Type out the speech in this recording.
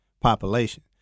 population